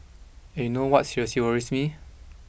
and you know what seriously worries me